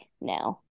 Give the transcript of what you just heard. now